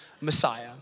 Messiah